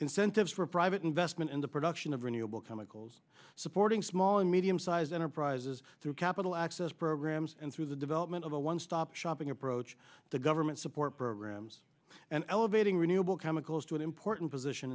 incentives for private investment in the production of renewable chemicals supporting small and medium sized enterprises through capital access programs and through the development of a one stop shopping approach to government support programs and elevating renewable chemicals to an important position